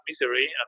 misery